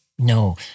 No